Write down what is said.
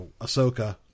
Ahsoka